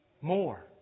more